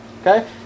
Okay